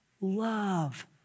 love